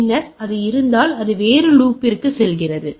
பின்னர் அது இருந்தால் அது வேறு லூப்பிற்கு செல்கிறது